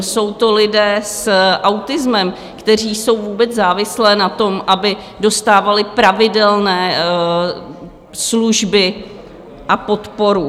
Jsou to lidé s autismem, kteří jsou vůbec závislí na tom, aby dostávali pravidelné služby a podporu.